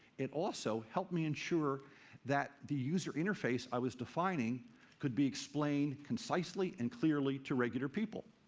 it also helped me ensure that the user interface i was defining could be explained concisely and clearly to regular people.